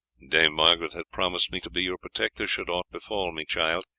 dame margaret has promised me to be your protector should aught befall me, child,